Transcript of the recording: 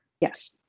Yes